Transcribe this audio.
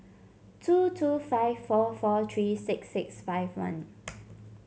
two two five four four three six six five one